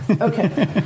okay